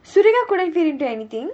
surena couldn't fit into anything